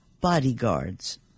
bodyguards